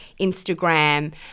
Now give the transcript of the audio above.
Instagram